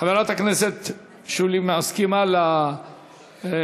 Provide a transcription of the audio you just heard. חברת הכנסת שולי מסכימה להחלטות